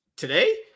today